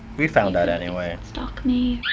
we found out anyway. stalk me.